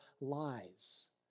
lies